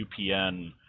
UPN